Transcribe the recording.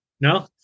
No